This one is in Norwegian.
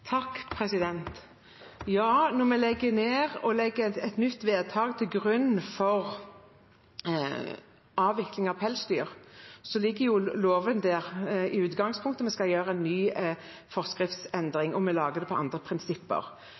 Ja, når vi legger ned og legger et nytt vedtak til grunn for avvikling av pelsdyrnæringen, ligger jo loven der i utgangspunktet. Vi skal gjøre en ny forskriftsendring, og vi lager det på andre prinsipper.